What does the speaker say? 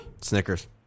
Snickers